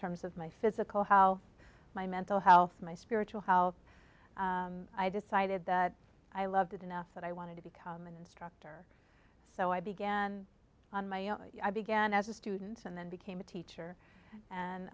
terms of my physical how my mental health my spiritual how i decided that i loved it enough that i wanted to become an instructor so i began on my own i began as a student and then became a teacher and